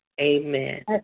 amen